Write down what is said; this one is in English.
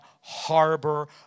harbor